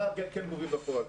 מה כן גובים בפועל.